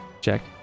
check